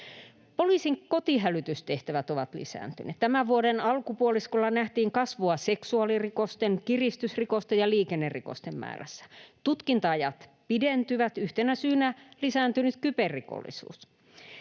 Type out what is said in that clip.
Poliisin kotihälytystehtävät ovat lisääntyneet. Tämän vuoden alkupuoliskolla nähtiin kasvua seksuaalirikosten, kiristysrikosten ja liikennerikosten määrässä. Tutkinta-ajat pidentyvät, yhtenä syynä lisääntynyt kyberrikollisuus.